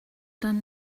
done